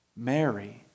Mary